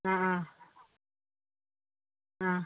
ആ ആ ആ